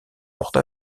porte